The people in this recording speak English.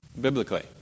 biblically